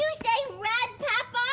say red peppers?